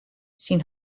syn